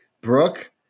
Brooke